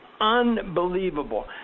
unbelievable